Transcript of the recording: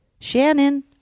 Shannon